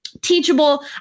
Teachable